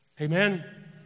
Amen